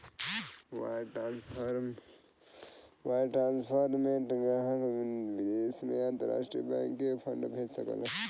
wire transfer में ग्राहक विदेश में अंतरराष्ट्रीय बैंक के फंड भेज सकलन